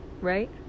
right